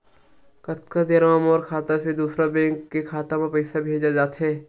कतका देर मा मोर खाता से दूसरा बैंक के खाता मा पईसा भेजा जाथे?